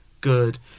good